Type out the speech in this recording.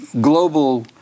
global